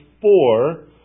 four